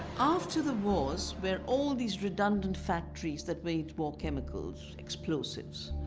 after the wars, where all these redundant factories that made war chemicals, explosives,